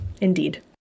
indeed